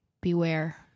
beware